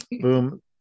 Boom